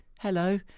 Hello